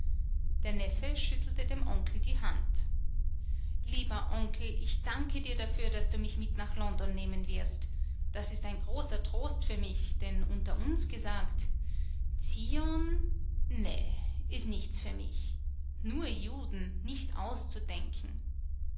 der neffe schüttelte dem onkel die hand lieber onkel ich danke dir dafür daß du mich mit nach london nehmen wirst das ist ein großer trost für mich denn unter uns gesagt zion ne ist nichts für mich nur juden nicht auszudenken